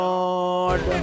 Lord